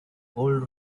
gold